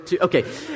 Okay